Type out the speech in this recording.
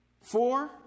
four